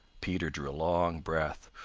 peter drew a long breath.